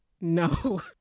No